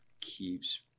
keeps